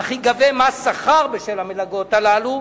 אך ייגבה מס שכר בשל המלגות הללו,